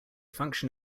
function